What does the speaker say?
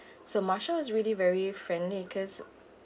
so marsha is really very friendly cause